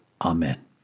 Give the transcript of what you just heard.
Amen